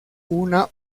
una